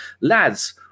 lads